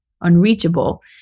unreachable